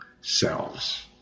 selves